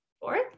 Fourth